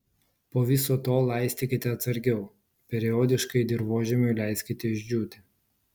po viso to laistykite atsargiau periodiškai dirvožemiui leiskite išdžiūti